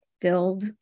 build